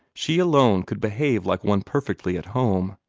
she alone could behave like one perfectly at home.